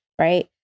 right